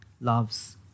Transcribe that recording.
loves